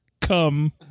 Come